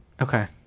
Okay